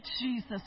Jesus